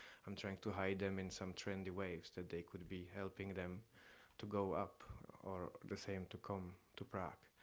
i'm trying to hide them in some trendy ways that they could be helping them to go up or the same to come to prague.